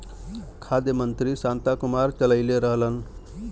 खाद्य मंत्री शांता कुमार चललइले रहलन